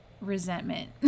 resentment